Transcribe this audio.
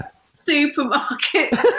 supermarket